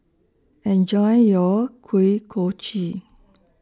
Enjoy your Kuih Kochi